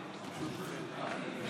ההצבעה: 53 בעד,